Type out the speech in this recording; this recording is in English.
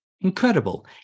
incredible